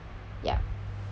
ya